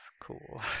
Cool